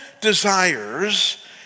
desires